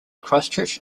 christchurch